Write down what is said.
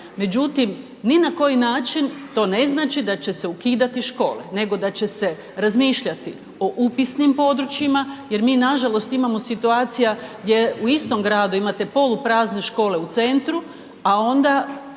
međutim ni na koji način to ne znači da će se ukidati škole, nego da će se razmišljati o upisnim područjima, jer mi nažalost imamo situacija gdje u istom gradu imate poluprazne škole u centru, a onda